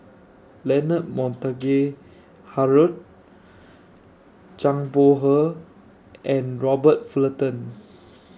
Leonard Montague Harrod Zhang Bohe and Robert Fullerton